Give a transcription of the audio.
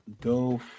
Go